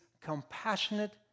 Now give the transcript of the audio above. compassionate